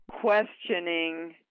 questioning